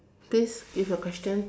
this is your question